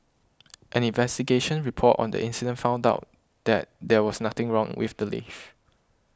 an investigation report on the incident found out that there was nothing wrong with the lift